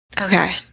Okay